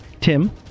Tim